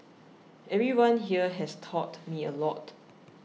everyone here has taught me a lot